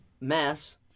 mass